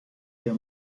der